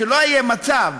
שלא יהיה מצב,